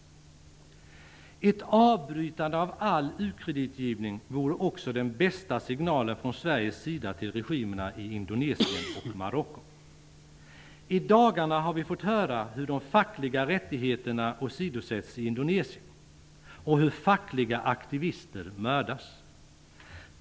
Ett avbrytande av all u-kreditgivning vore också den bästa signalen från Sverige till regimerna i I dagarna har vi fått höra hur de fackliga rättigheterna åsidosätts i Indonseien och hur fackliga aktivister mördas.